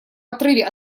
отрыве